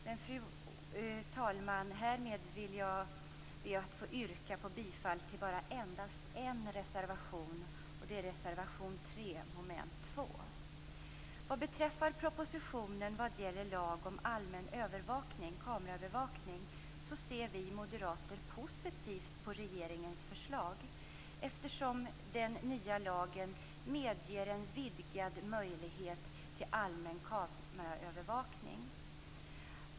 Men, fru talman, härmed ber jag att få yrka bifall till endast en reservation, nr 3 under mom. 2. Vad beträffar propositionen om lag om allmän kameraövervakning ser vi moderater positivt på regeringens förslag, eftersom den nya lagen medger en vidgad möjlighet till allmän kameraövervakning.